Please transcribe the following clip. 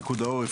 פיקוד העורף,